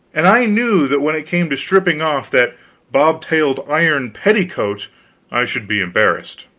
and i knew that when it came to stripping off that bob-tailed iron petticoat i should be embarrassed.